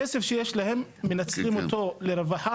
הכסף שיש להם הם מנצלים אותו לרווחה